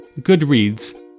Goodreads